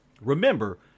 Remember